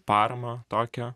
paramą tokią